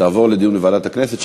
תעבור לדיון בוועדת הכנסת,